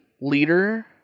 leader